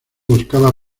buscaba